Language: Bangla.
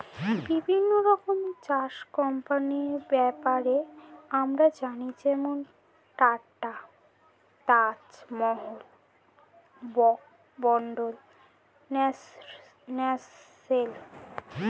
বিভিন্ন রকমের চা কোম্পানির ব্যাপারে আমরা জানি যেমন Tata, Taj Mahal, Brooke Bond, Nestle